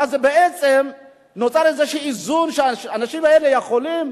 ואז בעצם נוצר איזה איזון שהאנשים האלה יכולים,